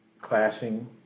clashing